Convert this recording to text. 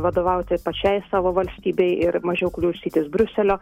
vadovauti pačiai savo valstybei ir mažiau klausytis briuselio